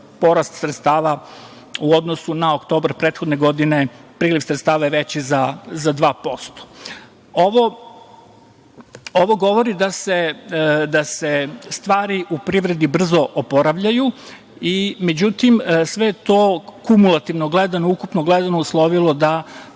porast sredstava u odnosu na oktobar prethodne godine. Priliv sredstava je veći za 2%.Ovo govori da se stvari u privredi brzo oporavljaju. Međutim, sve to, kumulativno gledano, ukupno gledano, uslovilo je